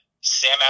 Sam